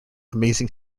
amazing